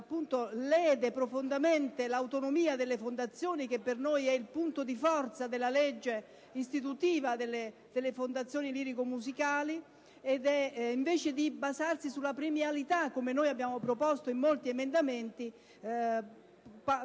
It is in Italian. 1 lede profondamente l'autonomia delle fondazioni, che per noi è il punto di forza della legge istitutiva delle fondazioni lirico-sinfoniche, e, invece di basarsi sulla premialità, come abbiamo proposto in molti emendamenti,